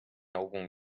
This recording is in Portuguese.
algum